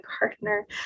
gardener